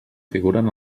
figuren